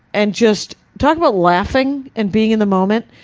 and just talking about laughing and being in the moment,